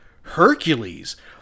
Hercules